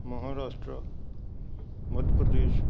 Maharashtra Madhya Pradesh